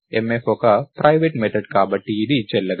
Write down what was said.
mf ఒక private method కాబట్టి ఇది చెల్లదు